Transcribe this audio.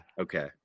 Okay